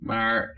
Maar